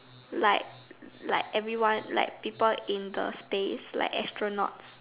like like everyone like people in the space like astronauts